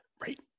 Right